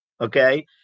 Okay